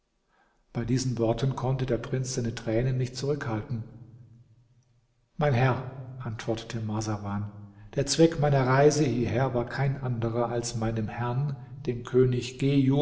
bei diesen worten konnte der prinz seine tränen nicht zurückhalten mein herr antwortete marsawan der zweck meiner reise hierher war kein anderer als meinem herrn dem könig